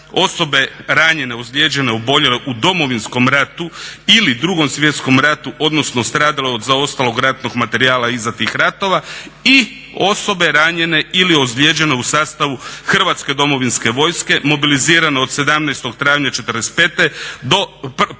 osobe ranjene, ozlijeđene, oboljele u Domovinskom ratu ili Drugom svjetskom ratu, odnosno stradale od zaostalog ratnog materijala iza tih ratova i osobe ranjene ili ozlijeđene u sastavu Hrvatske domovinske vojske mobilizirane od 17. travnja '45. do 15.